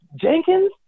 Jenkins